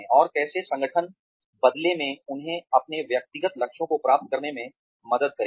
और कैसे संगठन बदले में उन्हें अपने व्यक्तिगत लक्ष्यों को प्राप्त करने में मदद करेगा